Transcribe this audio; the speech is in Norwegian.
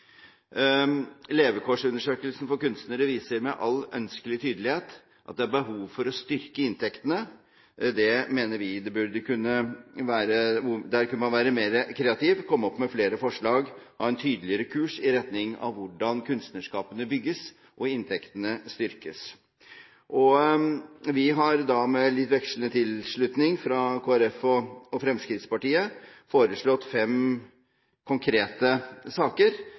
Levekårsundersøkelsen for kunstnere viser med all ønskelig tydelighet at det er behov for å styrke inntektene. Der mener vi man kunne være mer kreativ, komme opp med flere forslag og ha en tydeligere kurs i retning av hvordan kunstnerskapene bygges og inntektene styrkes. Vi har da med litt vekslende tilslutning fra Kristelig Folkeparti og Fremskrittspartiet foreslått fem konkrete saker